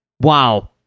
Wow